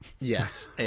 Yes